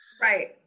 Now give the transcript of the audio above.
Right